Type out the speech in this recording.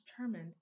determined